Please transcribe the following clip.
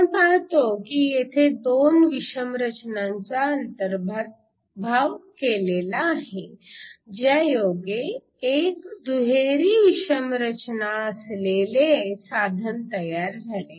आपण पाहतो की येथे दोन विषम रचनांचा अंतर्भाव केला आहे ज्यायोगे एक दुहेरी विषम रचना असलेले साधन तयार झाले